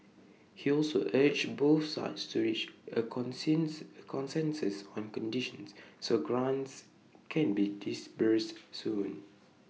he also urged both sides to reach A consensus A consensus on conditions so grants can be disbursed soon